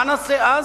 מה נעשה אז?